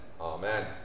Amen